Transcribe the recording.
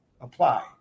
apply